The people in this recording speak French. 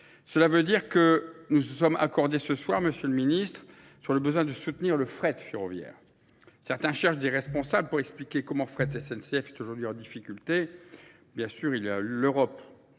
Cela veut dire que nous nous sommes accordés ce soir, Monsieur le Ministre, sur le besoin de soutenir le fret, Firovière. Certains cherchent d'irresponsables pour expliquer comment fret SNCF est aujourd'hui en difficulté. Bien sûr, il y a l'Europe,